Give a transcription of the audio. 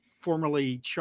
formerly